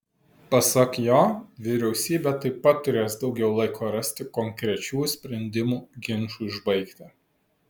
pasak jo vyriausybė taip pat turės daugiau laiko rasti konkrečių sprendimų ginčui užbaigti